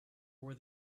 were